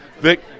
Vic